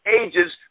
ages